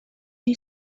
you